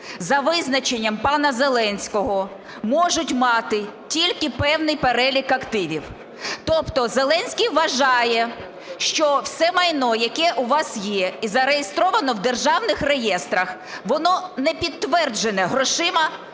за визначенням пана Зеленського, можуть мати тільки певний перелік активів. Тобто Зеленський вважає, що все майно, яке у вас є і зареєстровано в державних реєстрах, воно не підтверджене грошима,